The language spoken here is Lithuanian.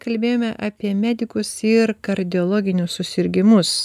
kalbėjome apie medikus ir kardiologinius susirgimus